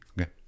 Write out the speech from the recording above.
Okay